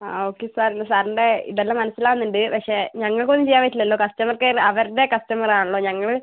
ആ okay sir സാറിന്റെ ഇതെല്ലാം മനസ്സിലാകുന്നുണ്ട് പക്ഷെ ഞങ്ങൾക്ക് ഒന്നും ചെയ്യാൻ പറ്റില്ലല്ലോ കസ്റ്റമർ കെയർ അവരുടെ കസ്റ്റമർ ആണല്ലോ ഞങ്ങൾ